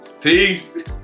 Peace